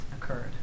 occurred